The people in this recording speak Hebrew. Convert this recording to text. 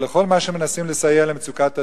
לכל מה שמנסים לסייע למצוקת הדיור.